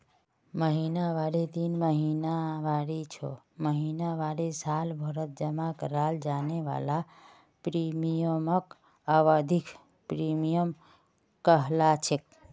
महिनावारी तीन महीनावारी छो महीनावारी सालभरत जमा कराल जाने वाला प्रीमियमक अवधिख प्रीमियम कहलाछेक